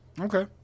Okay